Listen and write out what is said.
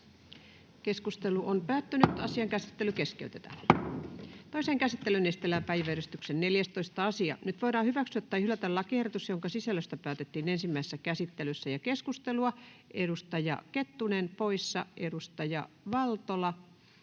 varmasti näin joissakin perheissä on. Toiseen käsittelyyn esitellään päiväjärjestyksen 14. asia. Nyt voidaan hyväksyä tai hylätä lakiehdotus, jonka sisällöstä päätettiin ensimmäisessä käsittelyssä. — Keskustelua. Edustaja Kettunen poissa, edustaja Valtola